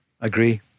agree